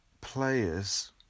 players